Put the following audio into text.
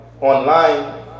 online